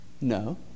No